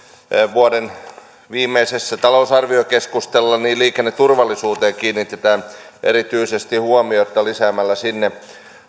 vuoden viimeisessä talousarviokeskustelussa liikenneturvallisuuteen kiinnitetään erityisesti huomiota lisäämällä sinne